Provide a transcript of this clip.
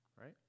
right